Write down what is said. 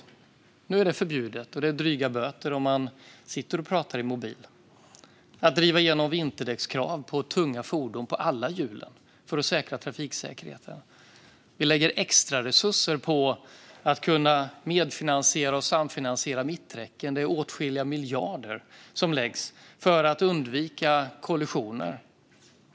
Men nu är det förbjudet, och det blir dryga böter om man pratar i mobilen. Vi drev igenom vinterdäckskrav på tunga fordons alla hjul för att säkra trafiksäkerheten. Vi lägger extraresurser om åtskilliga miljarder på att medfinansiera och samfinansiera mitträcken för att undvika kollisioner.